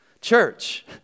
Church